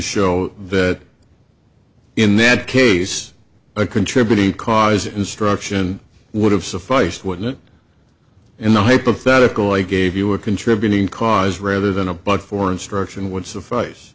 show that in that case a contributing cause instruction would have sufficed wouldn't in the hypothetical i gave you were contributing cause rather than a bug for instruction would suffice